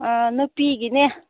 ꯅꯨꯄꯤꯒꯤꯅꯦ